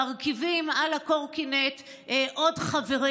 מרכיבים על הקורקינט עוד חברים.